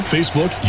Facebook